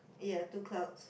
um ya two clouds